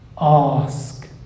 ask